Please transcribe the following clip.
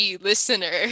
listener